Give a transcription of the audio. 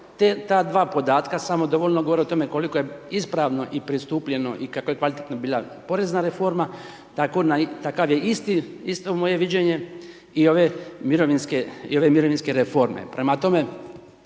ta dva podatka samo dovoljno govore o tome koliko je ispravno i pristupljeno i kako je kvalitetno bila porezna reforma, takav je isto moje viđenje i ove mirovinske reforme.